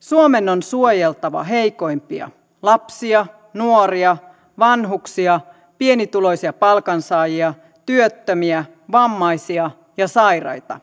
suomen on suojeltava heikoimpia lapsia nuoria vanhuksia pienituloisia palkansaajia työttömiä vammaisia ja sairaita